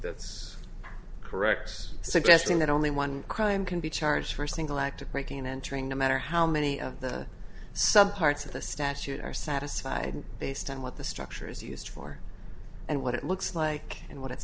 that's correct suggesting that only one crime can be charged for a single act of breaking and entering no matter how many of the some parts of the statute are satisfied based on what the structure is used for and what it looks like and what it